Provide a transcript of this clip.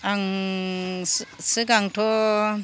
आं सिगांथ'